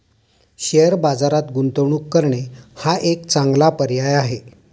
share बाजारात गुंतवणूक करणे हा एक चांगला पर्याय आहे